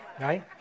right